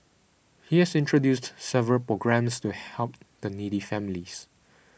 he has introduced several programmes to help the needy families